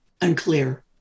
unclear